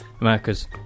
America's